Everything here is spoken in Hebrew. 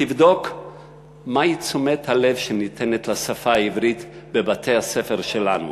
תבדוק מהי תשומת הלב שניתנת לשפה העברית בבתי-הספר שלנו,